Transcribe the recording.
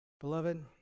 Beloved